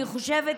אני חושבת,